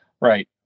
Right